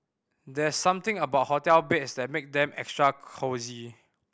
there's something about hotel beds that make them extra cosy